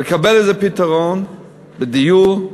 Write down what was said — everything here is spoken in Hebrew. לקבל איזה פתרון לדיור,